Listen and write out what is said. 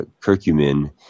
curcumin